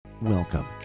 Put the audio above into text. Welcome